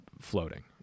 floating